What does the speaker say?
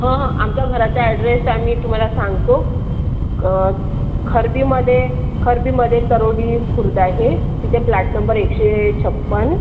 हं हं आमच्या घराचा ॲड्रेस आम्ही तुम्हाला सांगतो क खरबीमध्ये खरबीमध्ये तरोडी खुर्द आहे तिथे फ्लॅट नंबर एकशे छप्पन्न